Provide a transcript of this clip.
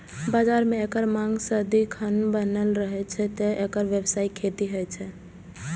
बाजार मे एकर मांग सदिखन बनल रहै छै, तें एकर व्यावसायिक खेती होइ छै